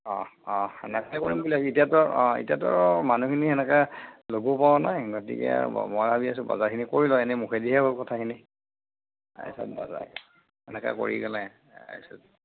অ অ এতিয়াতো আৰু অ এতিয়াতো আৰু মানুহখিনি সেনেকা ল'ব পৰা নাই গতিকে মই ভাবি আছোঁ বজাৰখিনি কৰি লওঁ এনে মুখেদিহে হ'ল কথাখিনি এনেকা কৰি পেলাই